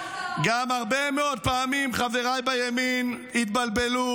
גם הרבה מאוד פעמים חבריי בימין התבלבלו